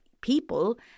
people